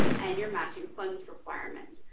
and your matching funds requirement.